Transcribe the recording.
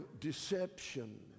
deception